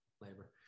Labor